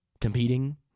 competing